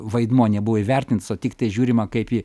vaidmuo nebuvo įvertintas o tiktai žiūrima kaip į